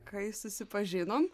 kai susipažinom